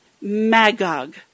Magog